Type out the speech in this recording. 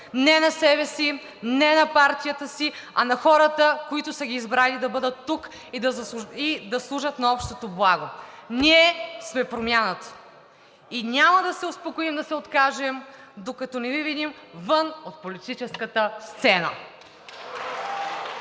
не на себе си, не на партията си, а на хората, които са ги избрали да бъдат тук и да служат на общото благо. Ние сме Промяната и няма да се успокоим и да се откажем, докато не Ви видим вън от политическата сцена.